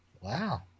wow